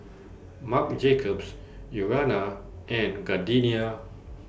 Marc Jacobs Urana and Gardenia